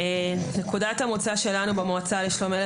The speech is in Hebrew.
נקודת המוצא שלנו במועצה לשלום הילד